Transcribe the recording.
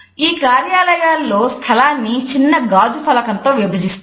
ఈ కార్యాలయాలలో స్థలాన్ని చిన్న గాజు ఫలకంతో విభజిస్తారు